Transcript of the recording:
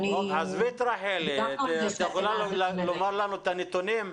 עזבי את רחלי, את יכולה לומר לנו את הנתונים?